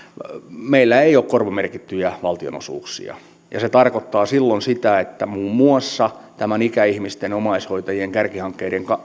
meillä ei ole korvamerkittyjä valtionosuuksia ja se tarkoittaa silloin sitä että muun muassa tämän ikäihmisten omaishoitajien